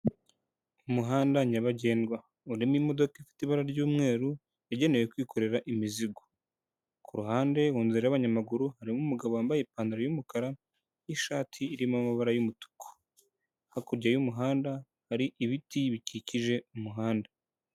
Umuhanda nyabagendwa urimo imodoka ifite ibara ryumweru igenewe kwikorera imizigo, kuruhande munzira yabanyamaguru , harimo umugabo wambaye ipantaro y'umukara nishati irima amabara y'umutuku , hakurya y'umuhanda hari ibiti bikikije umuhanda.